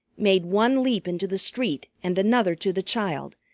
made one leap into the street and another to the child,